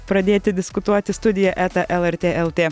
pradėti diskutuoti studija eta lrt lt